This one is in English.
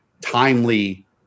timely